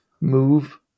move